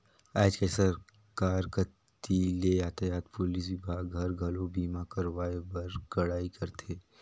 आयज कायज सरकार कति ले यातयात पुलिस विभाग हर, घलो बीमा करवाए बर कड़ाई करथे